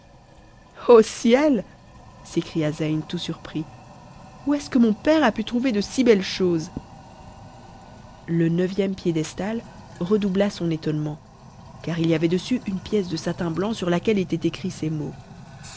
ô ciel s'écria zeyn tout surpris où est-ce que mon père a pu trouver de si belles choses le neuvième piédestal redoubla son étonnement car il y avait dessus une pièce de satin blanc sur laquelle étaient écrits ces mots